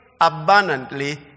abundantly